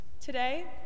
Today